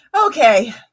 Okay